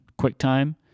QuickTime